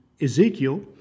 Ezekiel